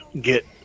get